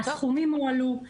הסכומים הועלו,